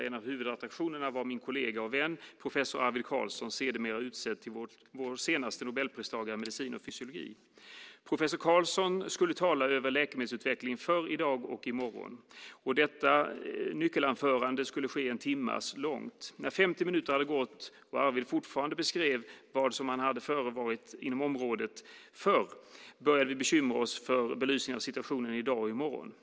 En av huvudattraktionerna var min kollega och vän professor Arvid Carlsson, sedermera utsedd till vår senaste Nobelpristagare i medicin och fysiologi. Professor Carlsson skulle tala om läkemedelsutvecklingen förr, i dag och i morgon. Detta nyckelanförande skulle vara en timme långt. När femtio minuter gått och Arvid fortfarande beskrev vad som förr hade förevarit inom området började vi bekymra oss för belysningen av situationen i dag och i morgon.